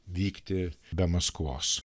vykti be maskvos